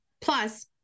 plus